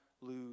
lose